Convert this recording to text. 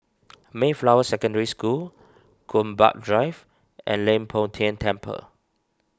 Mayflower Secondary School Gombak Drive and Leng Poh Tian Temple